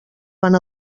van